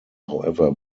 however